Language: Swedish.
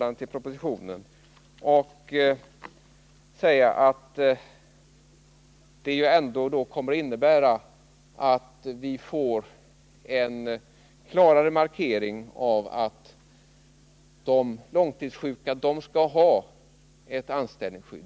Detta innebär en klarare markering av att alla långtidssjuka bör ha ett anställningsskydd.